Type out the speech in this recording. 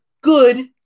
good